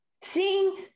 Seeing